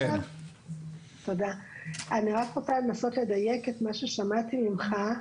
אני רק רוצה לנסות לדייק את מה ששמעתי ממך.